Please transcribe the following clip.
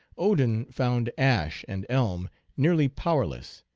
odin found ash and elm nearly powerless,